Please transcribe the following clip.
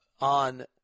on